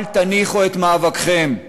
אל תניחו את מאבקכם.